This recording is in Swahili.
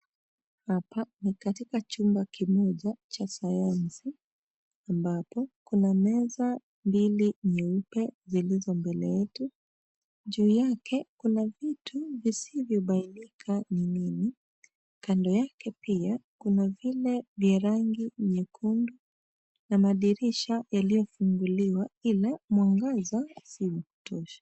Hapa ni katika chumba kimoja cha sayansi. Ambapo, kuna meza mbili nyeupe zilizo mbele yetu. Juu yake, kuna vitu visivyo bainika ni nini. Kando yake pia, kuna vile vya rangi nyekundu na madirisha yaliofunguliwa ila muangaza si wa kutosha.